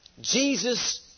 Jesus